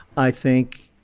i think,